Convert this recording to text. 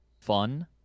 fun